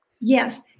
Yes